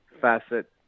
facet